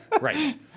Right